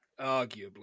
Arguably